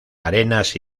arenas